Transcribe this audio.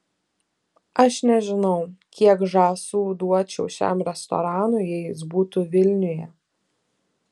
aš nežinau kiek žąsų duočiau šiam restoranui jei jis būtų vilniuje